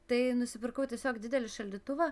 tai nusipirkau tiesiog didelį šaldytuvą